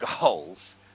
goals